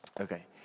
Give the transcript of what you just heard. okay